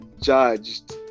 judged